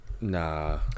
Nah